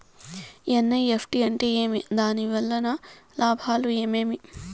NEFT అంటే ఏమి? దాని వలన లాభాలు ఏమేమి